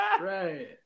Right